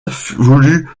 voulut